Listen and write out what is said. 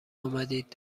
آمدید